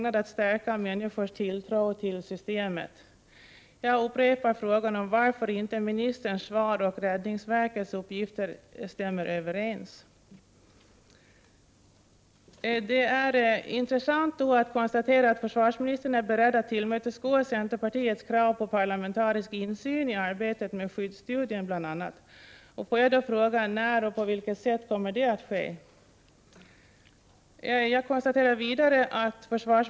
Att täcka bristerna på skydd i de större städernas centrala delar samt i tätorter i vissa utsatta landsdelar kommer att bli dyrbart.